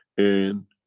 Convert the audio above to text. and,